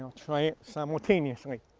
try it simultaneously.